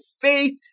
faith